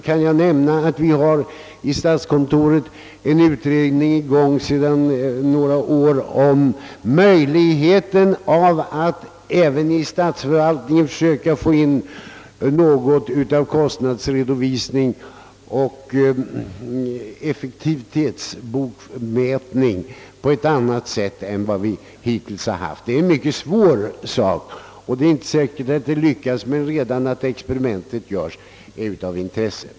kan jag nämna att vi i statskontoret sedan några år har en utredning i gång om möjligheten att även: i statsförvaltningen försöka föra in: något av kostnadsredovisning och effektivitetsmätning på ett annat sätt än vi hittills har haft, Det är en mycket svår uppgift och det är inte säkert att vi lyckas, men redan att experimentet görs är av intresse.